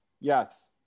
Yes